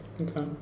Okay